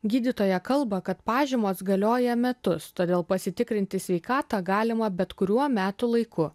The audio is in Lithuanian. gydytoja kalba kad pažymos galioja metus todėl pasitikrinti sveikatą galima bet kuriuo metų laiku